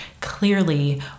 clearly